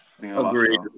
Agreed